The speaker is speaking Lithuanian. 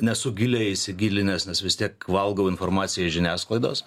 nesu giliai įsigilinęs nes vis tiek valgau informaciją iš žiniasklaidos